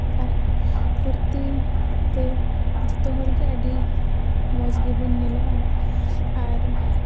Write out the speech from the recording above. ᱟᱨ ᱠᱩᱨᱛᱤ ᱛᱮ ᱡᱚᱛᱚ ᱦᱚᱲ ᱜᱮ ᱟᱹᱰᱤ ᱢᱚᱡᱽ ᱜᱮᱵᱚᱱ ᱧᱮᱞᱚᱜᱼᱟ ᱟᱨ